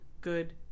good